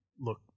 look